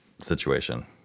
situation